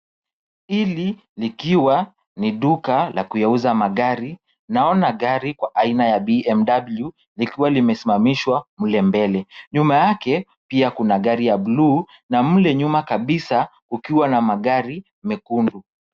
Hili likiwa ni duka la kuyauza magari, naona gari kwa aina ya BMW likiwa limesimamishwa mle mbele. Nyuma yake, pia kuna gari ya blue na mle nyuma kabisa ukiwa na magari mekundu.